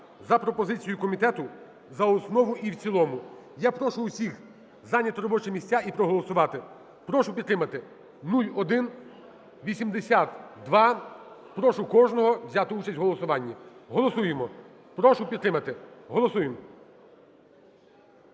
за пропозицією комітету за основу і в цілому. Я прошу всіх зайняти робочі місця і проголосувати. Прошу підтримати 0182. Прошу кожного взяти участь у голосуванні. Голосуємо. Прошу підтримати. Голосуємо.